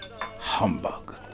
Humbug